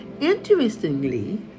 Interestingly